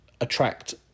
attract